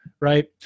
Right